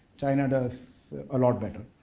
china does a lot better.